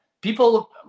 People